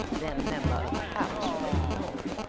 then a member of the house from illinois,